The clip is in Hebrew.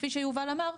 כפי שיובל אמר,